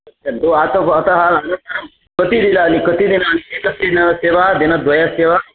पश्यन्तु अतः अतः अनन्तरं कतिदिनानि कतिदिनानि एकस्य दिनस्य वा दिनद्वयस्य वा